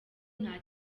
nta